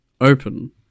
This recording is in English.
open